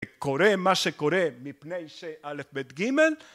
קורה מה שקורה מפני שא', ב', ג'